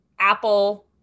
Apple